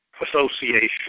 association